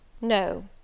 No